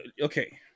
Okay